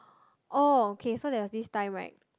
oh okay so there was this time right